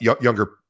younger